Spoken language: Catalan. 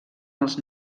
els